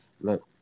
look